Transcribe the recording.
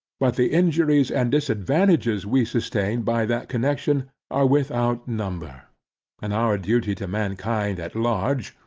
but the injuries and disadvantages we sustain by that connection, are without number and our duty to mankind at large,